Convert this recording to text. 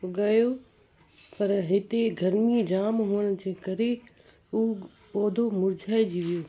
उगायो पर हिते गर्मी जाम हुजण जे करे उहो पौधो मुरझाइजी वियो